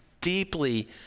deeply